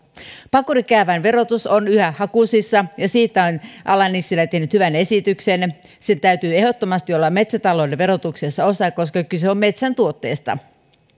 pakurikäävän verotus on yhä hakusessa ja siitä on ala nissilä tehnyt hyvän esityksen sen täytyy ehdottomasti olla metsätalouden verotuksen osa koska kyse on metsän tuotteesta